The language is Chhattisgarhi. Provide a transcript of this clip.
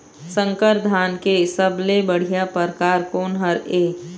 संकर धान के सबले बढ़िया परकार कोन हर ये?